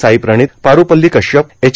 Sai Praneeth Parupalli Kashyap H